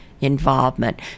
involvement